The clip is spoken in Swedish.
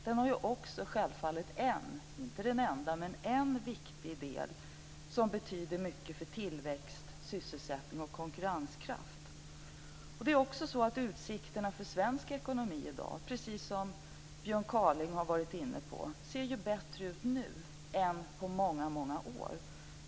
Den har självfallet också en viktigt del - och det är inte den enda - som betyder mycket för tillväxt, sysselsättning och konkurrenskraft. Utsikterna för svensk ekonomi i dag ser ju bättre ut än på många år, precis som Björn Kaaling har varit inne på.